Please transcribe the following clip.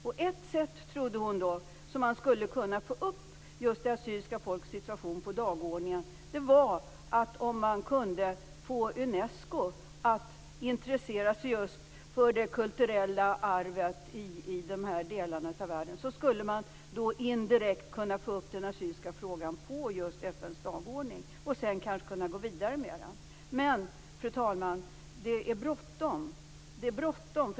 Ett sätt, trodde hon då, att få upp det assyriska folket på dagordningen, var att få Unesco att intressera sig just för det kulturella arvet i de här delarna av världen. Då skulle man indirekt kunna få upp den assyriska frågan på FN:s dagordning och sedan kanske kunna gå vidare med den. Men, fru talman, det är bråttom.